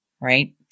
right